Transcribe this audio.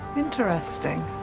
interesting.